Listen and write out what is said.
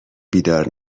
بیدار